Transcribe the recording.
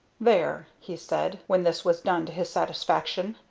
there! he said, when this was done to his satisfaction.